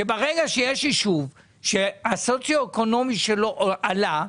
שברגע שיש אישור שהמדד הסוציו-אקונומי שלו עלה,